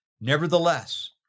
Nevertheless